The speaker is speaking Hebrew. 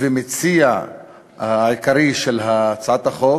והמציע העיקרי של הצעת החוק,